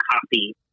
copy